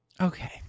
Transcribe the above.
Okay